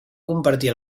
compartir